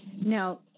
Now